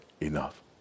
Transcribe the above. enough